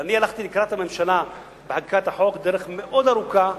ואני הלכתי לקראת הממשלה בחקיקת החוק דרך מאוד ארוכה,